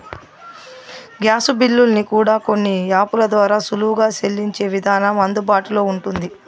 gas బిల్లుల్ని కూడా కొన్ని యాపుల ద్వారా సులువుగా సెల్లించే విధానం అందుబాటులో ఉంటుంది